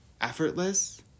effortless